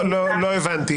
לא הבנתי.